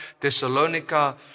thessalonica